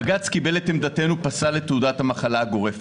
בג"ץ קיבל את עמדתנו, פסל את תעודת המחלה הגורפת.